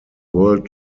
world